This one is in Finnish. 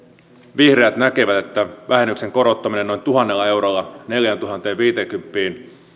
vihreät näkevät että vähennyksen korottaminen noin tuhannella eurolla neljääntuhanteenviiteenkymmeneen